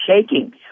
shaking